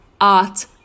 art